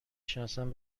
شناسم